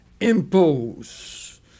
impose